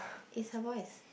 it's her voice